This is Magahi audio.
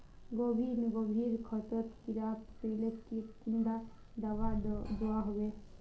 गोभी गोभिर खेतोत कीड़ा पकरिले कुंडा दाबा दुआहोबे?